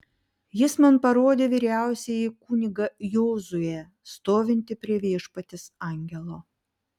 jis man parodė vyriausiąjį kunigą jozuę stovintį prie viešpaties angelo